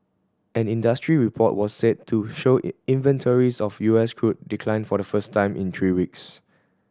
an industry report was said to show inventories of U S crude declined for the first time in three weeks